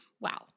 Wow